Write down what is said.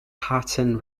pattern